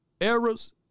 errors